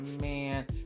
man